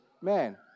man